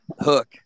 hook